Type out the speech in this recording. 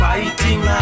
Fighting